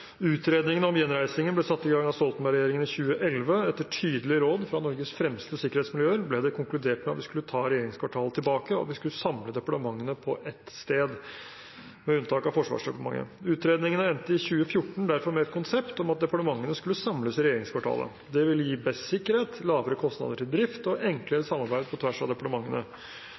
Utredningen om gjenreisingen ble satt i gang av Stoltenberg-regjeringen i 2011. Etter tydelige råd fra Norges fremste sikkerhetsmiljøer ble det konkludert med at vi skulle ta regjeringskvartalet tilbake, og at vi skulle samle departementene på ett sted, med unntak av Forsvarsdepartementet. Utredningene endte i 2014 derfor med et konsept om at departementene skulle samles i regjeringskvartalet. Det ville gi best sikkerhet, lavere kostnader til drift og enklere samarbeid på tvers av departementene.